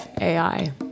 AI